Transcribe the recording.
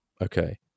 Okay